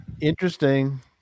interesting